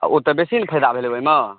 ओ तऽ बेसी ने फायदा भेलै ओहिमे